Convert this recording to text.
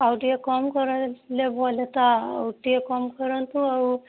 ଆଉ ଟିକେ କମ କରିଲେ ଭଲ ହେନ୍ତା ଆଉ ଟିକେ କାମ କରନ୍ତୁ ଆଉ